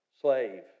Slave